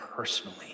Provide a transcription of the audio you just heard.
personally